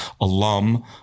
alum